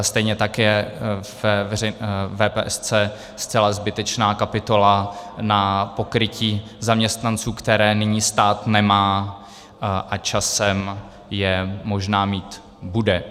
Stejně tak je ve VPS zcela zbytečná kapitola na pokrytí zaměstnanců, které nyní stát nemá a časem je možná mít bude.